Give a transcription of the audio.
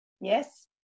Yes